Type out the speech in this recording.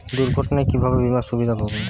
দুর্ঘটনায় কিভাবে বিমার সুবিধা পাব?